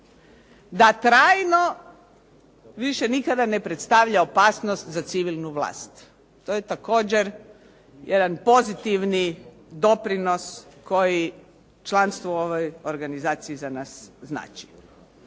da trajno, više nikada ne predstavlja opasnost za civilnu vlast. To je također jedan pozitivni doprinos koji članstvo u ovoj organizaciji za nas znači.